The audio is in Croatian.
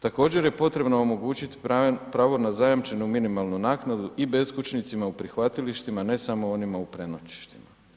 Također je potrebno omogućih pravo na zajamčenu minimalnu naknadu i beskućnicima u prihvatilištima ne samo onima u prenoćištima.